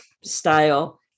style